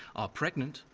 are pregnant,